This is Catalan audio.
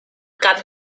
cap